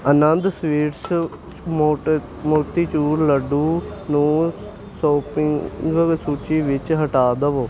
ਆਨੰਦ sweets motichoor laddoo ਨੂੰ shopping ਸੂਚੀ ਵਿੱਚੋ ਹਟਾ ਦਵੋ